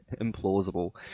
implausible